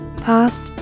past